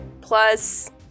plus